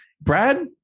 Brad